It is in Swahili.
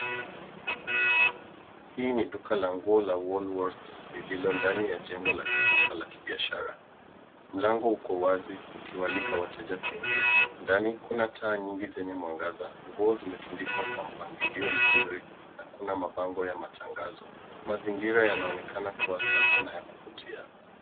Hii ni duka la nguo la Woolworths lililo ndani ya jengo la kisasa la kibiashara. Mlango uko wazi ukiwaalika wateja kuingia. Ndani kuna taa nyingi zenye mwangaza. Nguo zimetundikwa kwa mpangilio mzuri na kuna mabango ya matangazo. Mazingira yanaonekana kuwa safi na ya kuvutia.